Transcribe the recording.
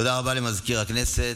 תודה רבה למזכיר הכנסת.